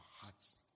hearts